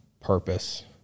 purpose